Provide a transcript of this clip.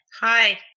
hi